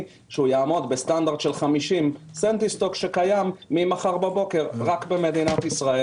שיעמוד בסטנדרט של 50 סנטוסטוק שקיים ממחר בבוקר רק במדינת ישראל.